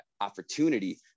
opportunity